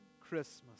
Christmas